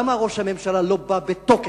למה ראש הממשלה לא בא בתוקף,